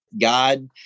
God